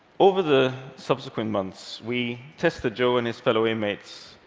over the subsequent months, we tested joe and his fellow inmates,